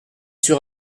sur